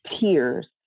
peers